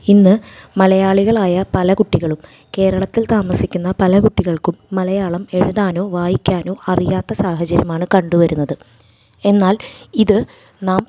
ഇന്ന് മലയാളികളായ പല കുട്ടികളും കേരളത്തിൽ താമസിക്കുന്ന പല കുട്ടികൾക്കും മലയാളം എഴുതാനോ വായിക്കാനോ അറിയാത്ത സാഹചര്യമാണ് കണ്ട് വരുന്നത് എന്നാൽ ഇത് നാം